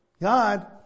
God